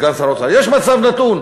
סגן שר האוצר: יש מצב נתון,